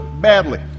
badly